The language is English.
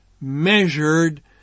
measured